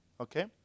Okay